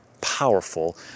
powerful